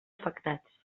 afectats